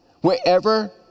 Wherever